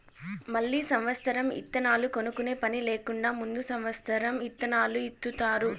మళ్ళీ సమత్సరం ఇత్తనాలు కొనుక్కునే పని లేకుండా ముందు సమత్సరం ఇత్తనాలు ఇత్తుతారు